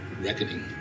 Reckoning